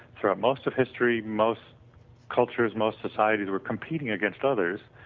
throughout most of history, most cultures, most societies were competing against others,